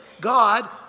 God